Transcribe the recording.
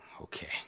Okay